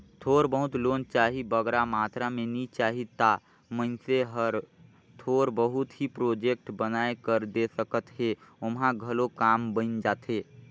थोर बहुत लोन चाही बगरा मातरा में नी चाही ता मइनसे हर थोर बहुत ही प्रोजेक्ट बनाए कर दे सकत हे ओम्हां घलो काम बइन जाथे